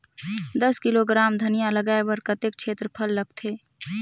दस किलोग्राम धनिया लगाय बर कतेक क्षेत्रफल लगथे?